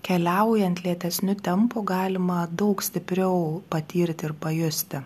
keliaujant lėtesniu tempu galima daug stipriau patirt ir pajusti